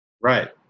Right